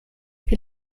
wie